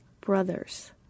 brothers